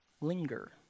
linger